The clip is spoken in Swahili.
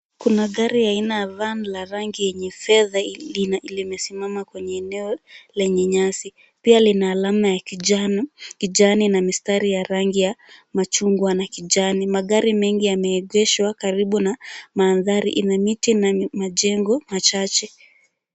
Kuna gari aina ya la Van la rangi yenye fedha limesimama kwenye eneo lenye nyasi. Pia lina alama ya kijani na mistari ya rangi ya machungwa na kijani. Magari mengi yameegeshwa karibu na mandhari ina miti na majengo michache.